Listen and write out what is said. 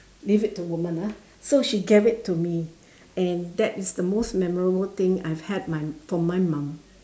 leave it to woman ah so she gave it to me and that is the most memorable things I've had my from my mom